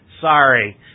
sorry